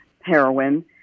heroin